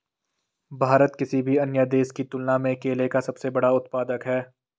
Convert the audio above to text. भारत किसी भी अन्य देश की तुलना में केले का सबसे बड़ा उत्पादक है